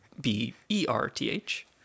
B-E-R-T-H